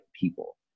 people